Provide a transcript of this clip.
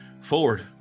forward